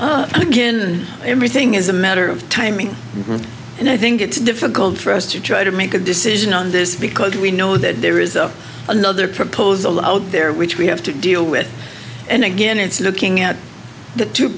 begin everything is a matter of timing and i think it's difficult for us to try to make a decision on this because we know that there is another proposal out there which we have to deal with and again it's looking at the two